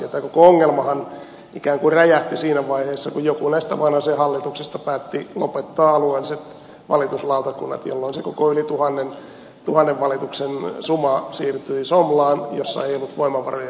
tämä koko ongelmahan ikään kuin räjähti siinä vaiheessa kun joku näistä vanhasen hallituksista päätti lopettaa alueelliset valituslautakunnat jolloin se koko yli tuhannen valituksen suma siirtyi somlaan jossa ei ollut voimavaroja sen hoitoon